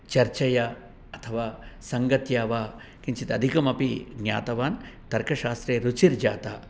चर्चया अथवा सङ्गत्या वा किञ्चित् अधिकमपि ज्ञातवान् तर्कशास्त्रे रुचिर्जाता